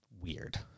weird